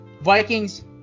Vikings